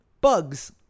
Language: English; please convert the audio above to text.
Bugs